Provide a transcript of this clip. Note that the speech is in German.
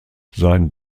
sein